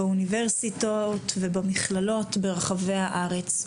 באוניברסיטאות ובמכללות ברחבי הארץ.